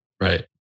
Right